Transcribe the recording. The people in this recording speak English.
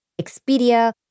Expedia